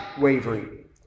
wavering